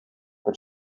but